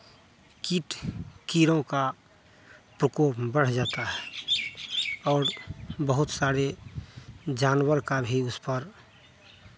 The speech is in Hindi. कीट कीड़ों का प्रकोप बढ़ जाता है और बहुत सारे जानवर का भी उस पर